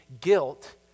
guilt